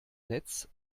netz